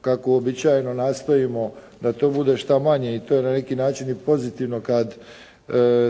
kako uobičajeno nastojimo da to bude što manje i to je na neki način i pozitivno kada